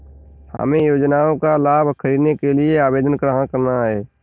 हमें योजना का लाभ ख़रीदने के लिए आवेदन कहाँ करना है?